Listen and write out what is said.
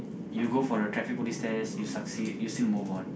you go for a traffic police test you succeed you still move on